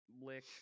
lick